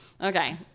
Okay